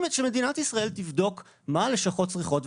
אז שמדינת ישראל תבדוק מה הלשכות צריכות.